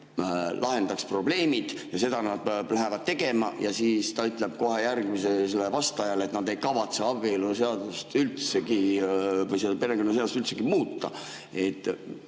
lahendaks probleemid ja seda nad lähevadki tegema, ja siis ta ütleb kohe järgmisele [küsijale], et nad ei kavatse abieluseadust või perekonnaseadust üldsegi muuta?